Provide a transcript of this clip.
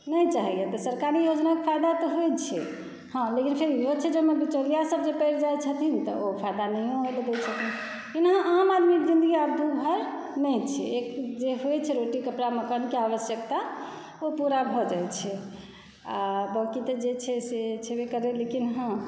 नहि चाहै यऽ तऽ सरकारी योजनाके फ़ायदा तऽ होइ छै हँ लेकिन फेर इहो छै जे एहिमे बिचौलियासभ जे परि जाइ छथिन तऽ फ़ायदा नहियो होइ लऽ दय छथिन लेकिन आम आदमीके ज़िंदगी आब दुर्भर नहि छै एक जे होइ छै रोटी कपड़ा मकानक आवश्यकता ओ पूरा भऽ जाइ छै आ बाक़ी तऽ जे छै से छबै करै लेकिन हँ